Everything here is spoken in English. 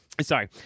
Sorry